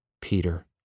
Peter